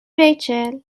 ریچل